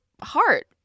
heart